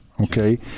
okay